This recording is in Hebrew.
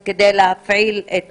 כדי להפעיל את זה.